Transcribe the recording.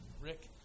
Rick